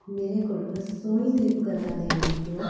ਮੇਰੇ ਕੋਲ ਰਸੋਈ ਦੇ ਉਪਕਰਨਾਂ ਦੇ ਵਿੱਚੋਂ